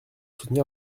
soutenir